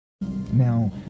Now